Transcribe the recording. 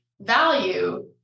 value